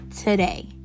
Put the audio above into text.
today